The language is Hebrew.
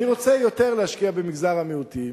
אני רוצה להשקיע יותר במגזר המיעוטים,